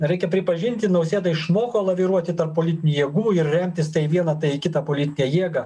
reikia pripažinti nausėda išmoko laviruoti tarp politinių jėgų ir remtis tai į vieną tai į kitą politinę jėgą